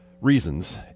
reasons